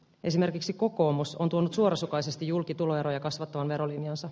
esimerkiksi kokoomus on tuonut suorasukaisesti julki tuloeroja kasvattavan verolinjansa